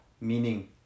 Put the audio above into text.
meaning